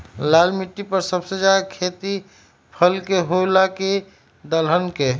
लाल मिट्टी पर सबसे ज्यादा खेती फल के होला की दलहन के?